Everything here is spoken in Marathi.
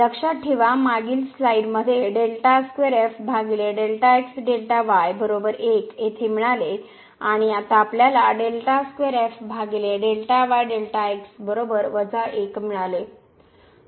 लक्षात ठेवा मागील स्लाइड मध्ये येथे मिळाले आणि आता आपल्याला मिळाले